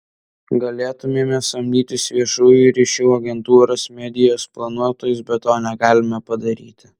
galėtumėme samdytis viešųjų ryšių agentūras medijos planuotojus bet to negalime padaryti